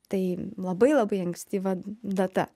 tai labai labai ankstyva data